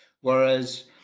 Whereas